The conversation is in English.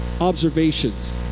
observations